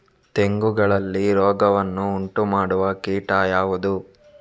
ತೆಂಗುಗಳಲ್ಲಿ ರೋಗವನ್ನು ಉಂಟುಮಾಡುವ ಕೀಟ ಯಾವುದು?